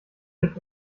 mit